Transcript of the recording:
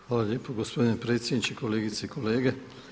Hvala lijepo gospodine predsjedniče, kolegice i kolege.